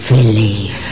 Believe